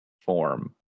form